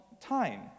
time